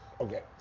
Okay